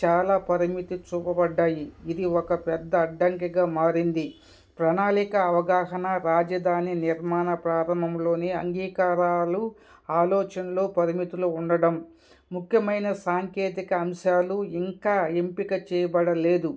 చాలా పరిమితి చూపబడ్డాయి ఇది ఒక పెద్ద అడ్డంకిగా మారింది ప్రణాళిక అవగాహన రాజధాని నిర్మాణ ప్రారంభంలోని అంగీకారాలు ఆలోచనలు పరిమితులు ఉండడం ముఖ్యమైన సాంకేతిక అంశాలు ఇంకా ఎంపిక చేయబడలేదు